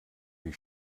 die